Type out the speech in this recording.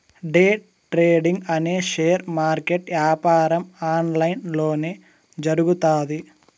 day trading అనే share market యాపారం online లొనే జరుగుతాది